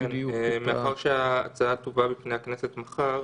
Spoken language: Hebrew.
ככול שההצעה תבוא בפני הכנסת מחר,